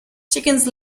chickens